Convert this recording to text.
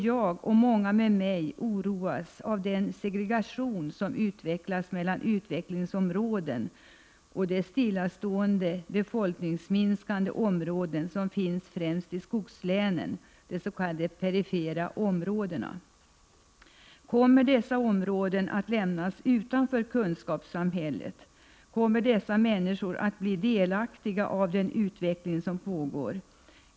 Jag och många med mig oroas av den segregation som uppstår mellan utvecklingsområden och de stillastående eller befolkningsminskande områdena främst i skogslänen, de s.k. perifera områdena. Kommer dessa områden att lämnas utanför kunskapssamhället? Kommer människorna där att bli delaktiga av den utveckling som pågår?